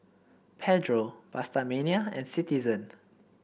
Pedro PastaMania and Citizen